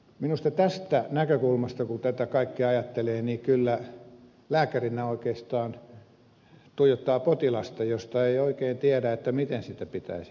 minusta kun tätä kaikkea ajattelee tästä näkökulmasta niin kyllä lääkärinä oikeastaan tuijottaa potilasta josta ei oikein tiedä miten sitä pitäisi hoitaa